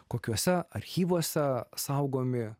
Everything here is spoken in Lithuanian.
kokiuose archyvuose saugomi